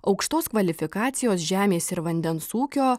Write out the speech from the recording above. aukštos kvalifikacijos žemės ir vandens ūkio